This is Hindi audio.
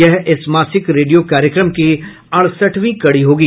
यह इस मासिक रेडियो कार्यक्रम की अड़सठवीं कड़ी होगी